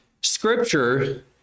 scripture